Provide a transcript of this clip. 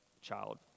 child